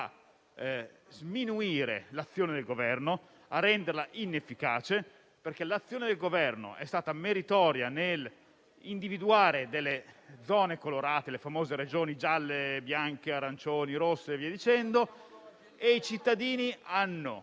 sminuire l'azione del Governo e a renderla inefficace, perché l'azione del Governo è stata meritoria nell'individuare delle zone colorate (le famose Regioni gialle, bianche, arancioni, rosse e via dicendo), e i cittadini hanno